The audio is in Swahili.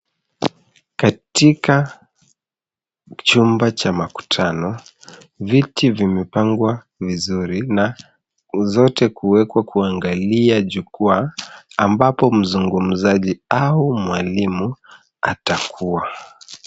Katika chumba cha makutano, viti vimepangwa vizuri na zote kuwekwa kuangalia jukwaa ambapo mzungumzaji au mwalimu atakuwa.